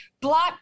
block